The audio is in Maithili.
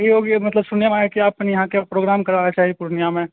मतलब सुनने में आया है कि आप यहाँ क्या प्रोग्राम कराना चाहते हैं पुर्णियाॅं में